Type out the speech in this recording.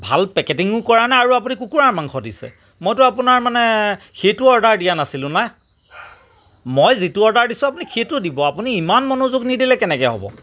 ভাল পেকেটিঙো কৰা নাই আৰু আপুনি কুকুৰা মাংস দিছে মইটো আপোনাৰ মানে সেইটো অৰ্ডাৰ দিয়া নাছিলোঁ না মই যিটো অৰ্ডাৰ দিছোঁ আপুনি সেইটো দিব আপুনি ইমান মনোযোগ নিদিলে কেনেকে হ'ব